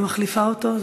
אני מחליפה אותו,